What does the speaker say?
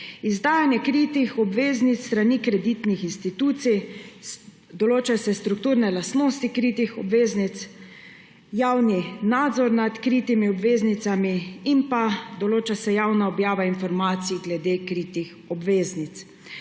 izdajanje kritih obveznic s strani kreditnih institucij, določajo se strukturne lastnosti kritih obveznic, javni nadzor nad kritimi obveznicami in določa se javna objava informacij glede kritih obveznic.